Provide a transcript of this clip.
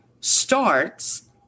starts